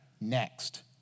next